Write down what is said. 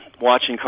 watching